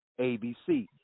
ABC